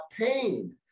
pain